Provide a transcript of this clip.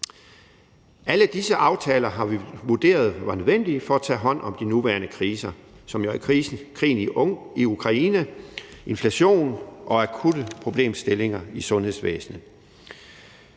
Alle disse aftaler har vi vurderet var nødvendige for at tage hånd om de nuværende kriser, som jo er krigen i Ukraine, inflationen og akutte problemstillinger i sundhedsvæsenet.